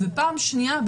ופעם שנייה,